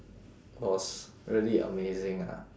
was really amazing ah